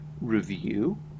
review